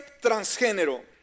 transgénero